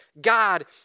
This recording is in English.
God